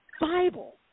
Bible